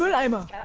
um i'm a